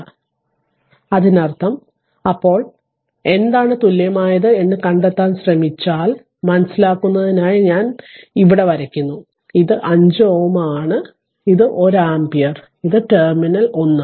ഞാൻ അത് മായ്ക്കട്ടെ അതിനർത്ഥം അപ്പോൾ എന്താണ് തുല്യമായത് എന്ന് കണ്ടെത്താൻ ശ്രമിച്ചാൽ മനസ്സിലാക്കുന്നതിനായി ഞാൻ എങ്ങനെയെങ്കിലും ഞാനിവിടെ വരയ്ക്കുന്നു ഇത് 5 ohm ആണ് ഇത് ഒരു ആമ്പിയർ ടെർമിനൽ 1